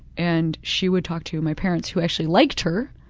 and she would talk to my parents who actually liked her,